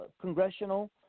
congressional